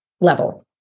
level